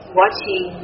watching